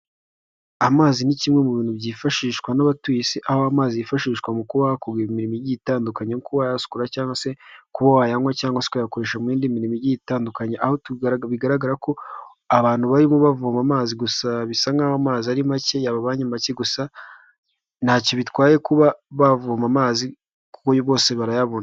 Amazi ni kimwe mu bintu byifashishwa n'abatuye isi, aho amazi yifashishwa mu kuba hakorwa imirimo igiye itandukanye nko kuba wasukura cyangwa se kuba wayanywa cyangwa sekayakoresha muyindi mirimo itandukanye aho bigaragara ko abantu barimo bavoma amazi gusa bisa nkaho amazi ari make yababanye make. Gusa ntacyo bitwaye kuba bavoma amazi kuko bose barayabona.